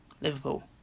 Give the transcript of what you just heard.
Liverpool